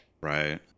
Right